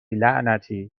لعنتی